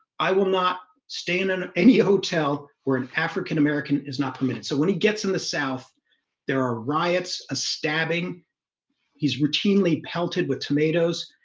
i will not stay in and any hotel where an african-american is not permitted so when he gets in the south there are riots a stabbing he's routinely pelted with tomatoes.